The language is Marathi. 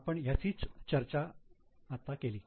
आपण याचीच चर्चा आत्ता केली